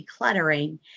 decluttering